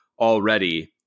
already